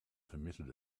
permitted